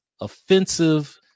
offensive